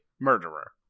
murderer